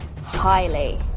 highly